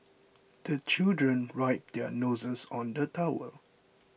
the children wipe their noses on the towel